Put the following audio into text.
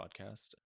podcast